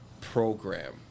program